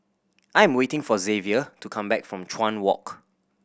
I am waiting for Xavier to come back from Chuan Walk